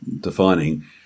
defining